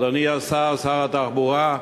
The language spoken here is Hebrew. אדוני שר התחבורה,